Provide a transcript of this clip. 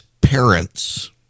parents